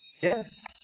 Yes